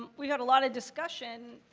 we have a lot of discussion,